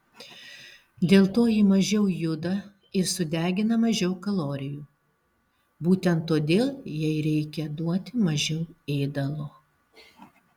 dėl to ji mažiau juda ir sudegina mažiau kalorijų būtent todėl jai reikia duoti mažiau ėdalo